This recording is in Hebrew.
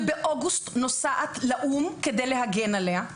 ובאוגוסט נוסעת לאו"ם כדי להגן עליה.